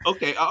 Okay